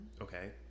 Okay